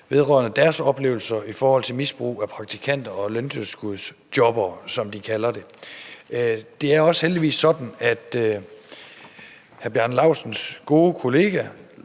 vedrørende deres oplevelser i forhold til misbrug af praktikanter og af løntilskudsjobbere, som de kalder det. Det er heldigvis også sådan, at hr. Bjarne Laustsens gode kollega